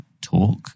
talk